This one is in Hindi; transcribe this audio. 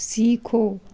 सीखो